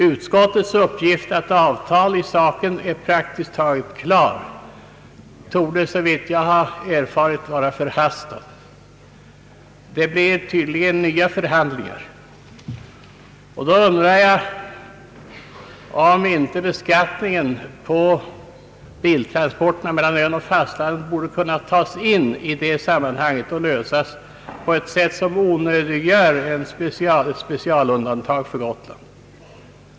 Utskottets uppgift att avtal i saken är praktiskt taget klart, torde såvitt jag har erfarit vara förhastad. Det blir tydligen nya förhandlingar. Då undrar jag om inte beskattningen på biltransporterna mellan ön och fastlandet borde kunna tas in i det sammanhanget och lösas på ett sätt som onödiggör ett specialundantag för Gotland.